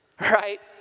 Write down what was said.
Right